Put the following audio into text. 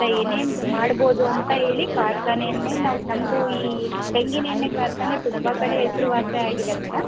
ಏನೇನು ಮಾಡ್ಬೋದು ಅಂತ ಹೇಳಿ ಕಾರ್ಖಾನೆಯನ್ನೇ ನಾವು ನಮ್ಮದು ಈ ತೆಂಗಿನೆಣ್ಣೆ ಕಾರ್ಖಾನೆ ತುಂಬ ಕಡೆ ಹೆಸರುವಾಸಿಯಾಗಿದೆ ಮೇಡಮ್